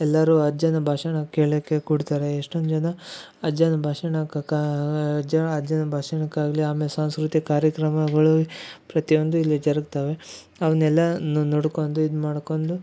ಎಲ್ಲರು ಅಜ್ಜನ ಭಾಷಣ ಕೇಳೋಕ್ಕೆ ಕೂಡ್ತಾರೆ ಎಷ್ಟೊಂದು ಜನ ಅಜ್ಜನ ಭಾಷಣಕ್ಕೆ ಕ ಅಜ್ಜನ ಅಜ್ಜನ ಭಾಷಣಕ್ಕಾಗಲಿ ಆಮೇಲೆ ಸಾಂಸ್ಕೃತಿಕ ಕಾರ್ಯಕ್ರಮಗಳು ಪ್ರತಿಯೊಂದು ಇಲ್ಲಿ ಜರಗ್ತಾವೆ ಅವನ್ನೆಲ್ಲಾ ನೋಡ್ಕೊಂಡು ಇದು ಮಾಡ್ಕೊಂಡು